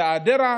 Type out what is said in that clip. את האדרה,